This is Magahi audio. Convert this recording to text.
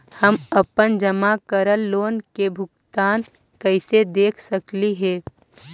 हम अपन जमा करल लोन के भुगतान कैसे देख सकली हे?